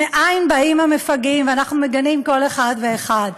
מאין באים המפגעים ואנחנו מגנים כל אחד ואחד,